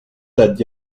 dead